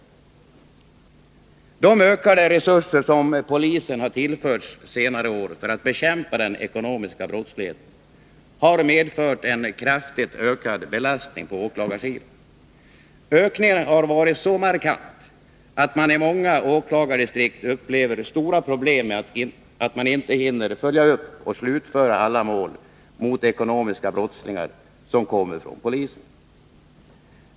De ökade resurser som polisen har tillförts under senare år för att bekämpa den ekonomiska brottsligheten har medfört en kraftigt ökad belastning på åklagarsidan. Ökningen har varit så markant att man i många åklagardistrikt upplever stora problem på grund av att man inte hinner följa upp och slutföra alla de mål mot ekonomiska brottslingar som kommer från polisen.